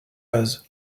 paz